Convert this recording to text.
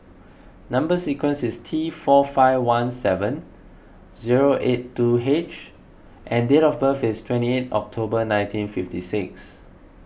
Number Sequence is T four five one seven zero eight two H and date of birth is twenty eight October nineteen fifty six